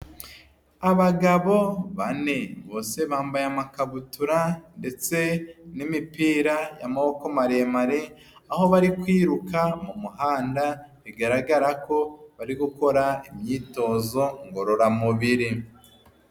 Abagabo bane, bose bambaye amakabutura ndetse n'imipira y'amaboko maremare, aho bari kwiruka mu muhanda, bigaragara ko bari gukora imyitozo ngororamubiri.